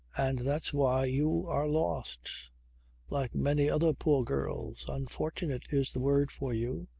and that's why you are lost like many other poor girls. unfortunate is the word for you.